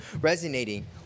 resonating